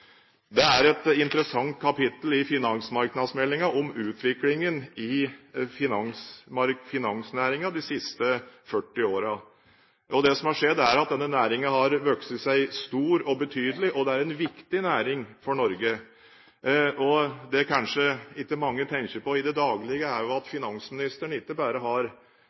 Det er et interessant kapittel i finansmarknadsmeldinga om utviklingen i finansnæringen de siste 40 årene. Det som har skjedd, er at denne næringen har vokst seg stor og betydelig. Det er en viktig næring for Norge. Og det kanskje ikke mange tenker på i det daglige, er at finansministeren ikke bare har